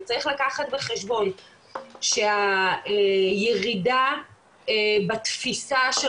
וצריך לקחת בחשבון שהירידה בתפיסה של